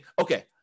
okay